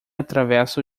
atravessa